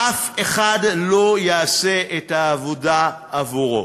ואף אחד לא יעשה את העבודה עבורו.